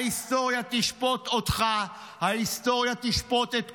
ההיסטוריה תשפוט אותך, ההיסטוריה תשפוט את כולנו,